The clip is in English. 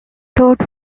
taught